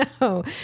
No